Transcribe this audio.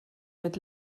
mit